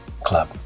club